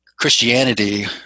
Christianity